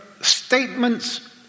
statements